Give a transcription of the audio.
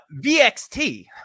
Vxt